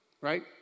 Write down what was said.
Right